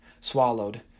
swallowed